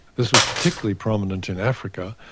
this was particularly prominent in africa,